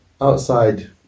outside